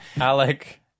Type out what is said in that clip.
Alec